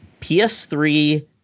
PS3